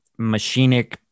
machinic